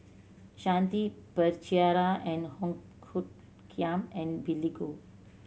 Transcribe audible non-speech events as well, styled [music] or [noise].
Shanti Pereira and [unintelligible] Kiam and Billy Koh